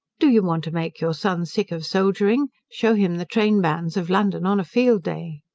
do you want to make your son sick of soldiering? shew him the trainbands of london on a field-day.